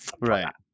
right